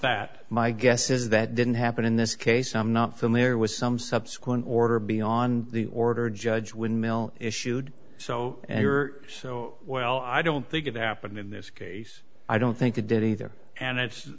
that my guess is that didn't happen in this case i'm not familiar with some subsequent order beyond the order judge windmill issued so you're so well i don't think of appen in this case i don't think it did either and it's